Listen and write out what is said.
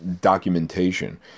documentation